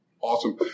Awesome